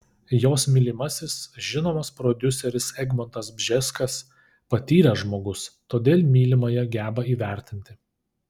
jos mylimasis žinomas prodiuseris egmontas bžeskas patyręs žmogus todėl mylimąją geba įvertinti